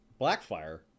Blackfire